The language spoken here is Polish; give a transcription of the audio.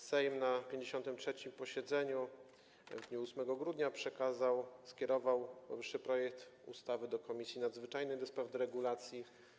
Sejm na 53. posiedzeniu w dniu 8 grudnia przekazał, skierował powyższy projektu ustawy do Komisji Nadzwyczajnej ds. deregulacji.